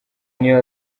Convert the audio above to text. new